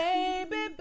Baby